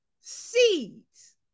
seeds